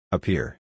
Appear